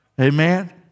Amen